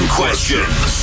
questions